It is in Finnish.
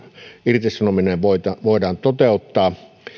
irtisanominen voidaan toteuttaa